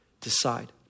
Decide